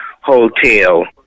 hotel